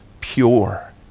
pure